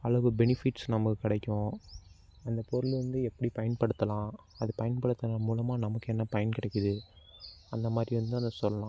அளவு பெனிஃபிட்ஸ் நமக்கு கிடைக்கும் அந்த பொருள் வந்து எப்படி பயன்படுத்தலாம் அதை பயன்படுத்துகிற மூலமாக நமக்கு என்ன பயன் கிடைக்குது அந்தமாதிரி வந்து அதை சொல்லலாம்